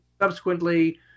subsequently